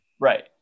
Right